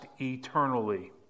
eternally